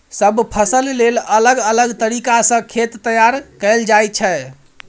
सब फसल लेल अलग अलग तरीका सँ खेत तैयार कएल जाइ छै